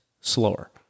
slower